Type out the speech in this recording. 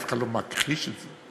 אף אחד לא מכחיש את זה.